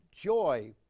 joy